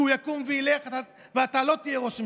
כי הוא יקום וילך ואתה לא תהיה ראש הממשלה,